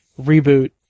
reboot